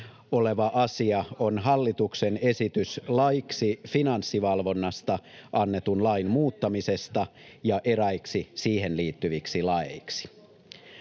oleva asia on hallituksen esitys laiksi Finanssivalvonnasta annetun lain muuttamisesta ja eräiksi siihen liittyviksi laeiksi.